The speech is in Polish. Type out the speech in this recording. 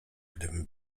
gdybym